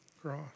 cross